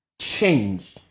change